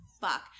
fuck